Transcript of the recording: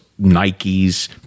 Nikes